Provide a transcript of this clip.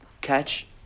catch